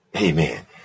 Amen